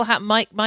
Mike